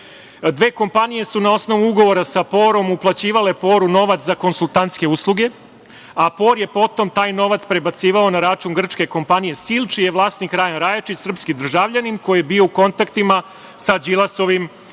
Dve kompanije su na osnovu ugovora sa „Por-om“ uplaćivale „Poru-u“ novac za konsultantske usluge, a „Por“ je potom taj novac prebacivao na račun grčke kompanije „Sil“, čiji je vlasnik Rajan Rajačić, srpski državljanin, koji je u kontaktima sa Đilasovim kumom